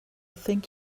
think